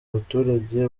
umuturage